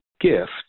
gift